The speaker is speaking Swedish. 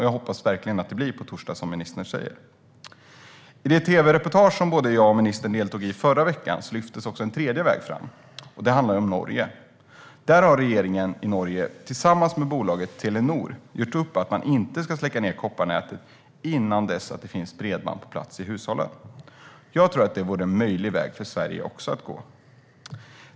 Jag hoppas verkligen att det sker på torsdag, som ministern säger. I det tv-reportage som både jag och ministern deltog i förra veckan lyftes även en tredje väg fram. Det handlar om Norge. Regeringen i Norge har tillsammans med bolaget Telenor gjort upp om att man inte ska släcka ned kopparnätet innan det finns bredband på plats i hushållen. Jag tror att detta vore en möjlig väg att gå även för Sverige.